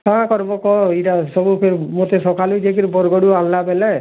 କାଁ କର୍ବୁ କହ ଇ'ଟା ସବୁ ମୋତେ ସକାଲୁ ଯାଇକରି ବର୍ଗଡ଼ୁ ଆନ୍ଲା ବେଲେ